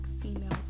female